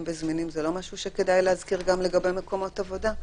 וזמינים זה לא משהו שכדאי להזכיר גם לגבי מקומות עבודה?